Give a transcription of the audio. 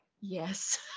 yes